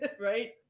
Right